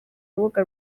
rubuga